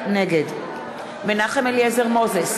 נגד מנחם אליעזר מוזס,